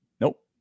nope